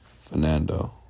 Fernando